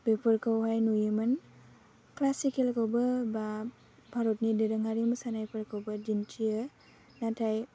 बेफोरखौहाय नुयोमोन क्लासिकेलखौबो बा भारतनि दोरोङारि मोसानायफोरखौबो दिन्थियो नाथाय